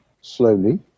slowly